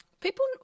People